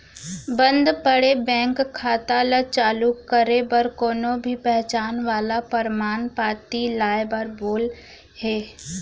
बंद पड़े बेंक खाता ल चालू करे बर कोनो भी पहचान वाला परमान पाती लाए बर बोले हे